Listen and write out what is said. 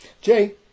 Jay